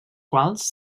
quals